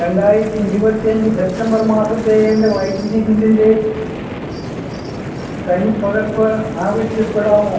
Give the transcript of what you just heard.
രണ്ടായിരത്തി ഇരുപത്തി അഞ്ച് സെപ്റ്റംബർ മാസത്തെ എൻ്റെ വൈദ്യുതി ബില്ലിൻ്റെ തനിപ്പകർപ്പ് ആവശ്യപ്പെടാമോ